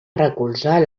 recolzar